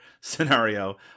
scenario